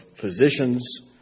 physicians